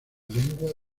lengua